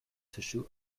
tissue